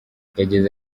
yagize